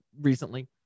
recently